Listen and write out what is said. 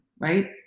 right